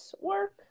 work